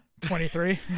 23